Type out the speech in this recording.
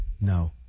no